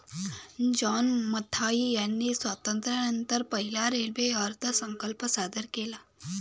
John Mathai यांनी स्वातंत्र्यानंतर पहिला रेल्वे अर्थसंकल्प सादर केला